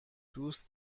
دوست